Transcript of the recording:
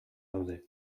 daude